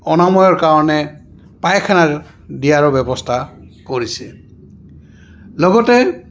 অনাময়ৰ কাৰণে পায়খানাৰ দিয়াৰো ব্যৱস্থা কৰিছে লগতে